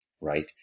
Right